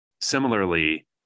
Similarly